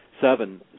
seven